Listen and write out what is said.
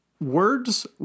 words